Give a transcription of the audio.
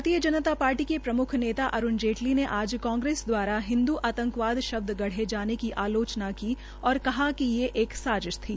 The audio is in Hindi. भारतीय जनता पार्टी के प्रमुख नेता अरूण जेटली ने आज कांग्रेस द्वारा हिन्दुस्तान आतंकवाद शब्द गढ़े जाने की आलोचना की है और कहा कि ये एक साजिश थी